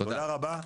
תודה רבה.